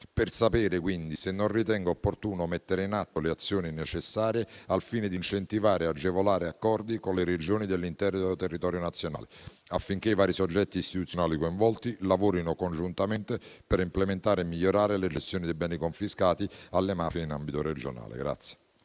di sapere se non ritenga opportuno mettere in atto le azioni necessarie al fine di incentivare e agevolare accordi con le Regioni dell'intero territorio nazionale, affinché i vari soggetti istituzionali coinvolti lavorino congiuntamente per implementare e migliorare la gestione dei beni confiscati alla mafia in ambito regionale.